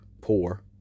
poor